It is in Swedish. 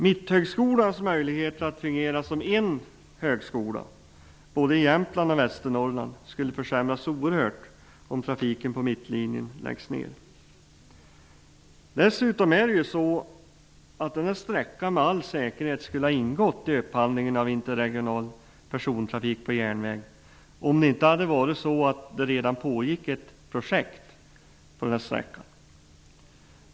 Mitthögskolans möjligheter att fungera som en högskola, både i Jämtland och i Västernorrland, skulle försämras oerhört om trafiken på Mittlinjen läggs ned. Dessutom skulle sträckan med all säkerhet ha ingått i upphandlingen av interregional persontrafik på järnväg, om det inte redan hade pågått ett projekt på sträckan.